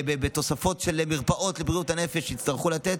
בתוספות של מרפאות לבריאות הנפש שיצטרכו לתת,